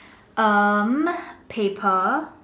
um paper